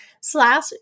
Slash